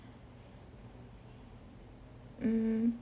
mm